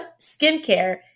skincare